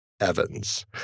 Evans